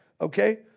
okay